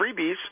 freebies